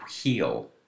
heal